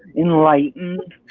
enlightened?